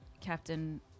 Captain